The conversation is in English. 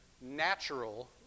natural